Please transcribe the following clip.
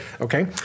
Okay